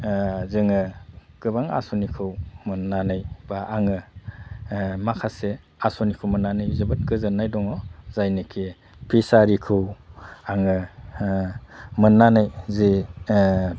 जोङो गोबां आसनिखौ मोननानै बा आङो माखासे आसनिखौ मोननानै जोबोद गोजोननाय दङ जायनिखि फिसारिखौ आङो मोननानै जे